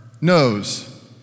knows